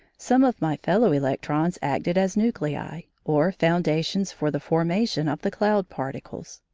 some of my fellow-electrons acted as nuclei or foundations for the formation of the cloud particles.